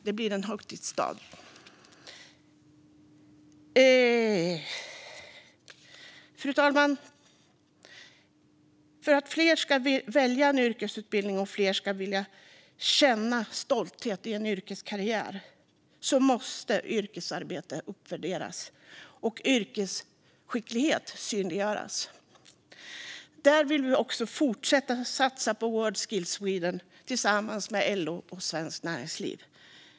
Det blir en högtidsdag. Fru talman! För att fler ska välja en yrkesutbildning och fler ska vilja känna stolthet i en yrkeskarriär måste yrkesarbete uppvärderas och yrkesskicklighet synliggöras. Vi vill fortsätta satsa på World Skills Sweden tillsammans med LO och Svenskt Näringsliv.